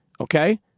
okay